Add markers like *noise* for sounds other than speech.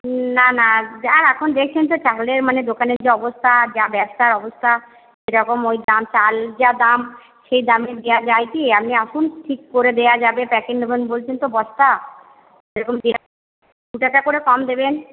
না না যা আর এখন দেখছেন তো চালের মানে দোকানের যা অবস্থা যা ব্যবসার অবস্থা *unintelligible* চাল যা দাম সেই দামে দেওয়া যায় কি আপনি আসুন ঠিক করে দেওয়া যাবে প্যাকেট নেবেন বলছেন তো বস্তা সেরকম দেওয়া *unintelligible* দু টাকা করে কম দেবেন